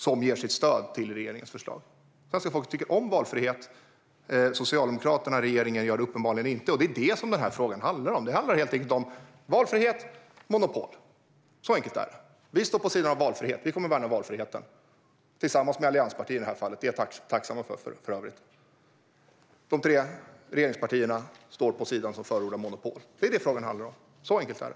Så är det. Svenska folket tycker om valfrihet. Socialdemokraterna och regeringen gör det uppenbarligen inte. Det är det denna fråga handlar om, valfrihet kontra monopol. Vi värnar valfriheten, och vi gör det tillsammans med allianspartierna, vilket vi är tacksamma för. De båda regeringspartierna och Vänsterpartiet förordar monopol. Så enkelt är det.